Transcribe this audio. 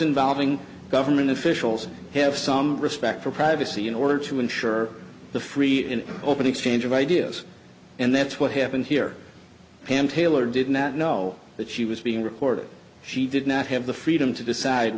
involving government officials have some respect for privacy in order to ensure the free and open exchange of ideas and that's what happened here and taylor did not know that she was being recorded she did not have the freedom to decide